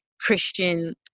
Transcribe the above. christian